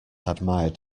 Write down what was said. admired